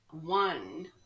One